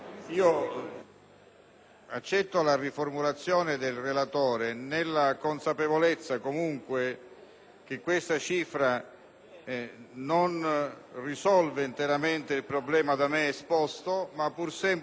Accetto la riformulazione del relatore nella consapevolezza comunque che questa cifra non risolve interamente il problema da me esposto, anche se costituisce